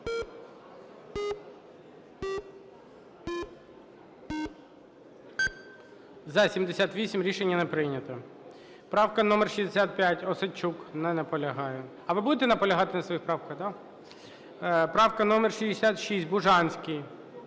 За-78 Рішення не прийнято. Правка номер 68, Осадчук. Не наполягає. А ви будете наполягати на своїх правках, да? Правка номер 66, Бужанський.